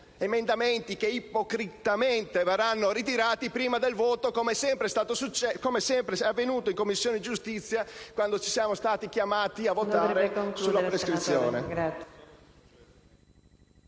in maniera ipocrita verranno ritirati prima del voto, come è sempre avvenuto in Commissione giustizia quando siamo stati chiamati a votare sulla prescrizione.